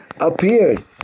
appeared